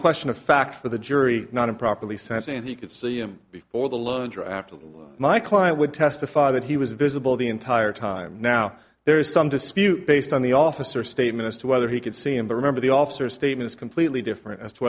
question of fact for the jury not improperly sense and you could see him before the lone drafter my client would testify that he was visible the entire time now there is some dispute based on the officer statement as to whether he could see and remember the officer statement is completely different as to